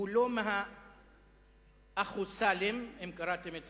שהוא לא מהאחוס"לים, אם קראתם את